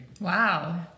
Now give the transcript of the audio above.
Wow